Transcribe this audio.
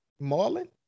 Marlon